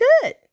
good